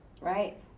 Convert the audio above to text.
right